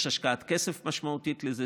יש השקעת כסף משמעותית לזה,